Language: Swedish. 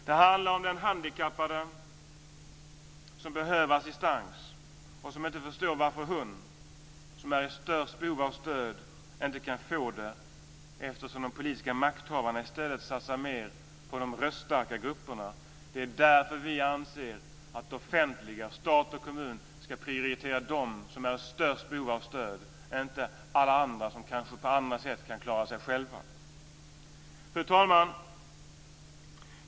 Det handlar om den handikappade som behöver assistans och som inte förstår varför hon som är i störst behov av stöd inte kan få det, eftersom de politiska makthavarna i stället satsar mer på de röststarka grupperna. Det är därför vi anser att det offentliga, stat och kommun, ska prioritera dem som är i störst behov av stöd, inte alla andra som kanske på andra sätt kan klara sig själva. Fru talman!